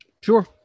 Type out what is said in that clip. sure